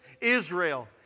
Israel